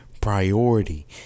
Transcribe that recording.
priority